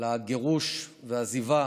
לגירוש והעזיבה